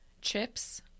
chips